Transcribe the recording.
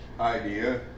idea